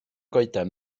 goeden